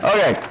Okay